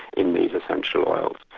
in these essential oils.